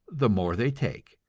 the more they take,